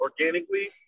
organically